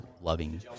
loving